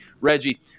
Reggie